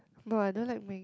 no I don't like wing